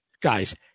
Guys